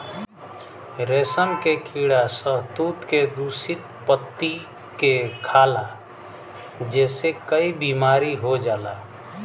रेशम के कीड़ा शहतूत के दूषित पत्ती के खाला जेसे कई बीमारी हो जाला